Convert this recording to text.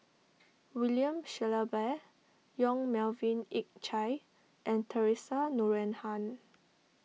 William Shellabear Yong Melvin Yik Chye and theresa Noronha